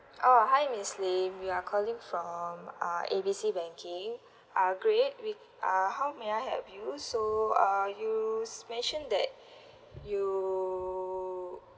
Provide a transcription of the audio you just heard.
oh hi miss lim we're calling from uh A B C banking uh great we uh how may I help you so uh you mention that you